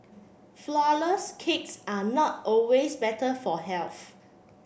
flourless cakes are not always better for health